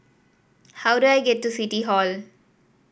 how do I get to City Hall